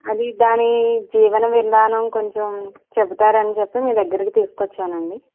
అది దాని జీవన విధానం కొంచం చెప్తారని చెప్పి మీ దగ్గరకి తీసుకొచ్చాను అండి